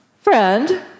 Friend